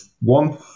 One